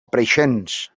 preixens